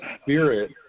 spirit